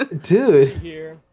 dude